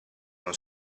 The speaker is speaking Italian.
uno